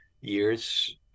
years